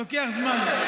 זה לוקח זמן.